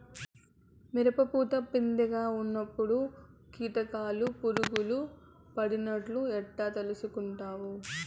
మిరప పూత పిందె గా ఉన్నప్పుడు కీటకాలు పులుగులు పడినట్లు ఎట్లా తెలుసుకుంటావు?